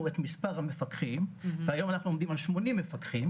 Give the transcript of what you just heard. את מספר המפקחים והיום אנחנו עומדים על 80 מפקחים,